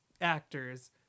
actors